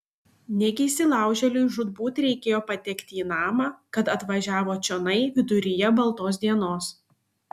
negi įsilaužėliui žūtbūt reikėjo patekti į namą kad atvažiavo čionai viduryje baltos dienos